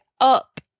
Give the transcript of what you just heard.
up